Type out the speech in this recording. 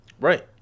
right